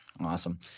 Awesome